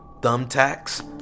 thumbtacks